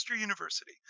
University